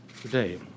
today